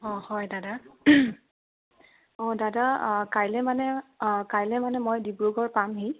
অঁ হয় দাদা অঁ দাদা কাইলৈ মানে কাইলৈ মানে মই ডিব্ৰুগড় পামহি